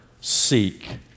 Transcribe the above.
seek